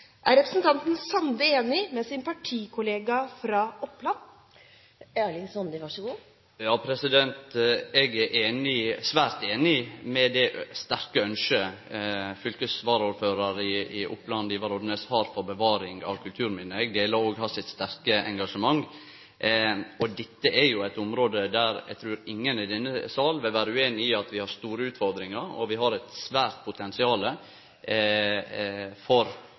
Er representanten Sande enig med sin partikollega fra Oppland? Eg er svært einig i det sterke ynsket fylkesvaraordføraren i Oppland, Ivar Odnes, har for bevaring av kulturminne. Eg deler òg hans sterke engasjement. Dette er eit område der eg trur ingen i denne sal vil vere ueinig i at vi har store utfordringar, og vi har eit stort potensial for